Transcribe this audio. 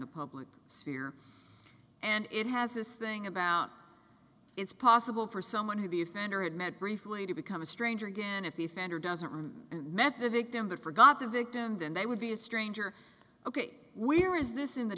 the public sphere and it has this thing about it's possible for someone who the offender had met briefly to become a stranger again if the offender doesn't met the victim but forgot the victim then they would be a stranger ok we're is this in the